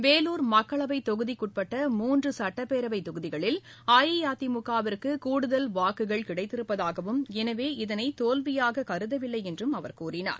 வேலூர் மக்களவைத் தொகுதிக்குஉட்பட்ட மூன்றுசட்டப்பேரவைத் தொகுதிகளில் அஇஅதிமுக விற்குகூடுதல் வாக்குகள் கிடைத்திருப்பதாகவும் எனவே இதனைதோல்வியாகக் கருதவில்லைஎன்றும் அவா கூறினார்